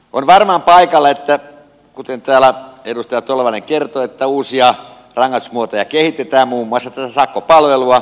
on varmaan paikallaan kuten täällä edustaja tolvanen kertoi että uusia rangaistusmuotoja kehitetään muun muassa tätä sakkopalvelua